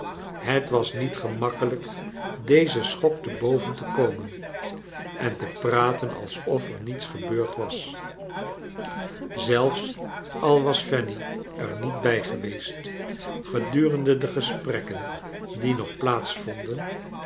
het was niet gemakkelijk dezen schok te boven te komen en te praten alsof er niets gebeurd was zelfs al was fanny er niet bij geweest gedurende de gesprekken die nog